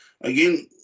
again